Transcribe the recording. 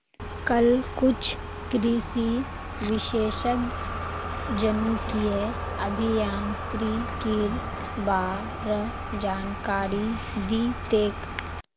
कल कुछ कृषि विशेषज्ञ जनुकीय अभियांत्रिकीर बा र जानकारी दी तेक